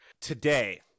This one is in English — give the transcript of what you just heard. Today